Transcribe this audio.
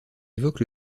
évoque